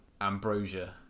ambrosia